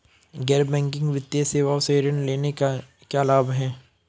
गैर बैंकिंग वित्तीय सेवाओं से ऋण लेने के क्या लाभ हैं?